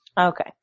Okay